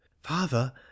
father